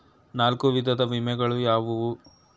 ನಾಲ್ಕು ವಿಧದ ವಿಮೆಗಳು ಯಾವುವು?